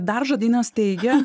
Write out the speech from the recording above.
dar žodynas teigia